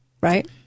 right